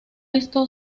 esto